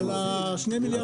על שני מיליארד.